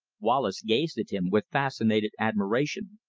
wallace gazed at him with fascinated admiration.